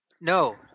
No